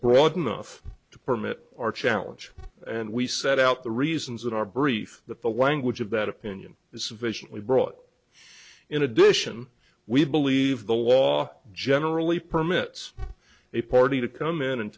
broad enough to permit our challenge and we set out the reasons in our brief that the language of that opinion this efficiently brought in addition we believe the law generally permits a party to come in and